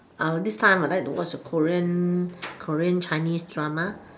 this time I would like to watch korean korean chinese drama